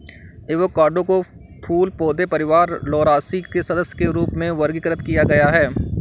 avocado को फूल पौधे परिवार लौरासी के सदस्य के रूप में वर्गीकृत किया गया है